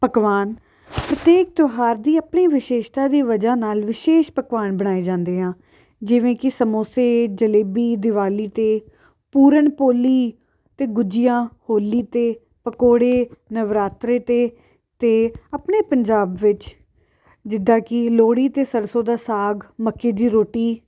ਪਕਵਾਨ ਹਰੇਕ ਤਿਉਹਾਰ ਦੀ ਆਪਣੀ ਵਿਸ਼ੇਸ਼ਤਾ ਦੀ ਵਜ੍ਹਾ ਨਾਲ਼ ਵਿਸ਼ੇਸ਼ ਪਕਵਾਨ ਬਣਾਏ ਜਾਂਦੇ ਆ ਜਿਵੇਂ ਕਿ ਸਮੋਸੇ ਜਲੇਬੀ ਦਿਵਾਲੀ 'ਤੇ ਪੂਰਨ ਪੋਲੀ ਅਤੇ ਗੁਜੀਆ ਹੋਲੀ 'ਤੇ ਪਕੌੜੇ ਨਵਰਾਤਰੇ 'ਤੇ ਅਤੇ ਆਪਣੇ ਪੰਜਾਬ ਵਿੱਚ ਜਿੱਦਾਂ ਕਿ ਲੋਹੜੀ 'ਤੇ ਸਰਸੋਂ ਦਾ ਸਾਗ ਮੱਕੀ ਦੀ ਰੋਟੀ